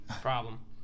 problem